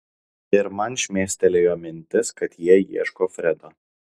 ir man šmėstelėjo mintis kad jie ieško fredo